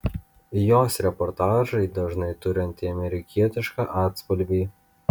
jos reportažai dažnai turi antiamerikietišką atspalvį